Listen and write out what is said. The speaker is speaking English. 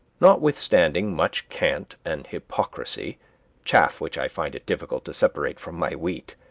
notwithstanding much cant and hypocrisy chaff which i find it difficult to separate from my wheat,